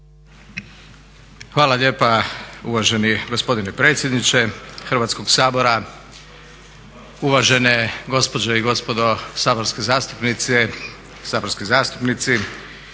Hvala lijepa uvaženi gospodine predsjedniče Hrvatskog sabora. Uvažene gospođe i gospodo saborske zastupnice, saborski zastupnici.